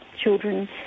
children